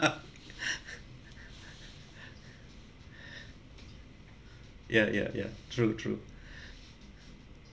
ya ya ya true true